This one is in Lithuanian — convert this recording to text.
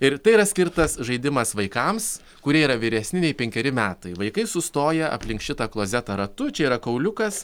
ir tai yra skirtas žaidimas vaikams kurie yra vyresni nei penkeri metai vaikai sustoja aplink šitą klozetą ratu čia yra kauliukas